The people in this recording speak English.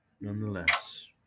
Nonetheless